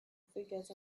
figures